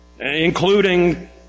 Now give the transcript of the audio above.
including